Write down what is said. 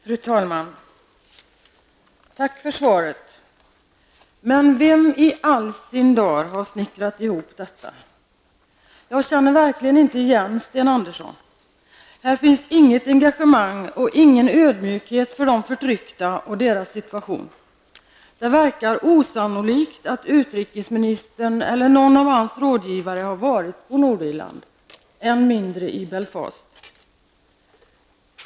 Fru talman! Tack för svaret. Men vem i allsin dagar har snickrat ihop detta? Jag känner verkligen inte igen Sten Andersson. Här finns inget engagemang och ingen ödmjukhet inför de förtryckta och deras situation. Det verkar osannolikt att utrikesministern eller någon av hans rådgivare har varit på Nordirland, än mindre i Belfast.